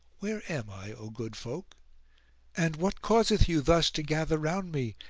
where am i, o good folk and what causeth you thus to gather round me,